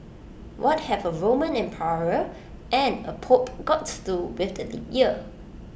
what have A Roman emperor and A pope got to do with the leap year